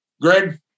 Greg